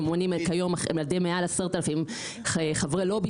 מונים כיום עם מעל 10,000 חברי לובי